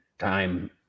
time